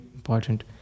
Important